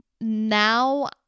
now